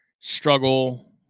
struggle